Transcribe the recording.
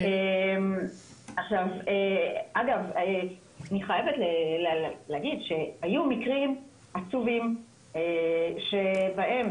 אני חייבת להגיד שהיו מקרים עצובים שבהם